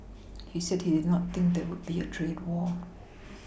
he said he did not think there will be a trade war